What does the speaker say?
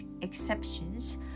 exceptions